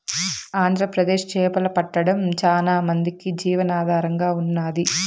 ఆంధ్రప్రదేశ్ చేపలు పట్టడం చానా మందికి జీవనాధారంగా ఉన్నాది